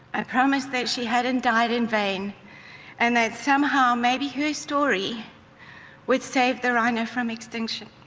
i promised that she hadn't died in vain and that somehow maybe her story would save the rhino from extinction.